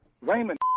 Raymond